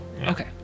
okay